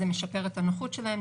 זה משפר את הנוחות שלהם,